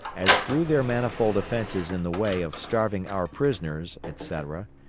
as through their manifold offences in the way of starving our prisoners, etc,